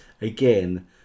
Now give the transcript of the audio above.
again